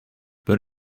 but